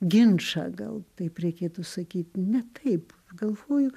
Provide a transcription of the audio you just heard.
ginčą gal taip reikėtų sakyt ne taip galvoju